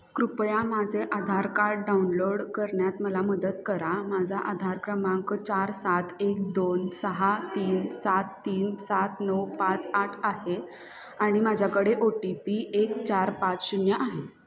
कृपया माझे Aadhaar card download करण्यात मला मदत करा माझा आधार क्रमांक चार सात एक दोन सहा तीन सात तीन सात नऊ पाच आठ आहे आणि माझ्याकडे ओ टी पी एक चार पाच शून्य आहे